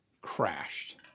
crashed